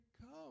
come